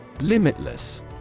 Limitless